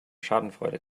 schadenfreude